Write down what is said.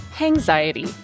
anxiety